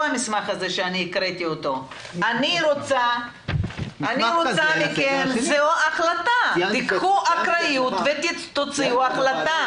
אני רוצה מכם שתיקחו אחריות ותוציאו החלטה.